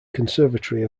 conservatory